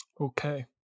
okay